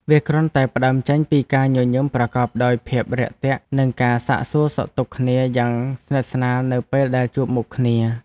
វាគ្រាន់តែផ្តើមចេញពីការញញឹមប្រកបដោយភាពរាក់ទាក់និងការសាកសួរសុខទុក្ខគ្នាយ៉ាងស្និទ្ធស្នាលនៅពេលដែលជួបមុខគ្នា។